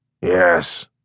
Yes